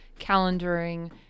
calendaring